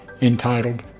entitled